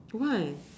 why